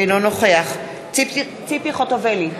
אינו נוכח ציפי חוטובלי,